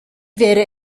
wäre